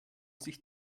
sich